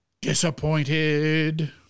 disappointed